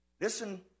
listen